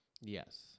Yes